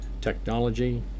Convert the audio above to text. technology